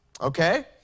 Okay